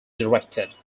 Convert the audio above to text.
directed